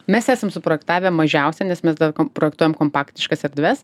mes esam suprojektavę mažiausia nes mes kompromituojam kompaktiškas erdves